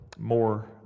more